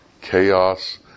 chaos